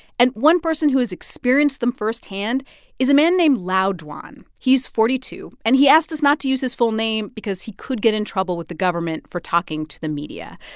and one person who has experienced them firsthand is a man named lao dwan. he's forty two, and he asked us not to use his full name because he could get in trouble with the government for talking to the media.